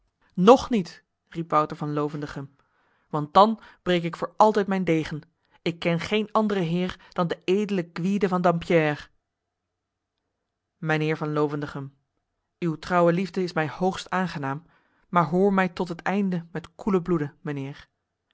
nog niet riep wouter van lovendegem want dan breek ik voor altijd mijn degen ik ken geen andere heer dan de edele gwyde van dampierre mijnheer van lovendegem uw trouwe liefde is mij hoogst aangenaam maar hoor mij tot het einde met koelen bloede mijnheer